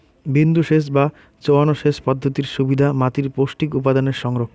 বিন্দুসেচ বা চোঁয়ানো সেচ পদ্ধতির সুবিধা মাতীর পৌষ্টিক উপাদানের সংরক্ষণ